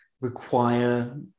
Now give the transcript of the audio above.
require